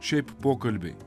šiaip pokalbiai